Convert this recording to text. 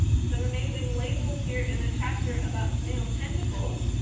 some amazing labels here, in the chapter about snail tentacles.